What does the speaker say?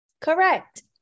Correct